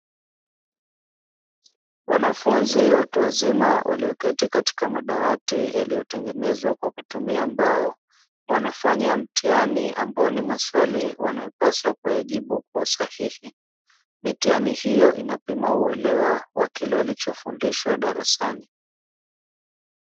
Wanafunzi watu wazima walioketi katika madawati yaliyotengenezwa kwa kutumia mbao wanafanya mtihani ambao ni maswali wanayopaswa kuyajibu kwa usahihi. Mitihani hiyo inapima uelewa wa kile walichofundishwa darasani.